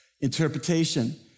interpretation